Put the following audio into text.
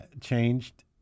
changed